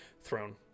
Throne